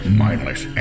mindless